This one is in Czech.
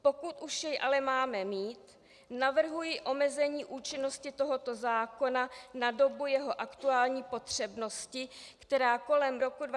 Pokud už jej ale máme mít, navrhuji omezení účinnosti tohoto zákona na dobu jeho aktuální potřebnosti, která kolem roku 2017 pomine.